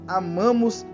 amamos